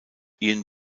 ian